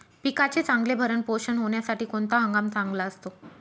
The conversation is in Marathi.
पिकाचे चांगले भरण पोषण होण्यासाठी कोणता हंगाम चांगला असतो?